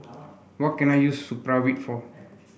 what can I use Supravit for